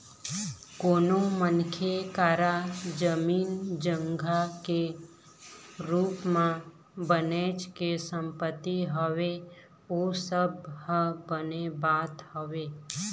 कोनो मनखे करा जमीन जघा के रुप म बनेच के संपत्ति हवय ओ सब ह बने बात हवय